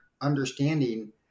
understanding